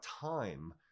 time